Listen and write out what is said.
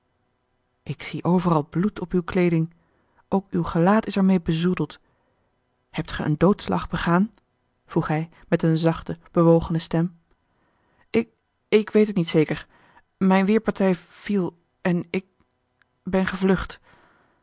ik zie overal bloed op uwe kleeding ook uw gelaat is er meê bezoedeld hebt ge een doodslag begaan vroeg hij met eene zachte bewogene stem ik ik weet het niet zeker mijne weêrpartij viel en ik ben gevlucht